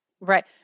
Right